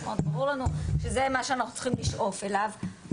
ברור לנו שזה מה שאנחנו צריכים לשאוף אליו.